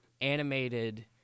Animated